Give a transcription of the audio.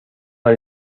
han